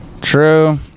True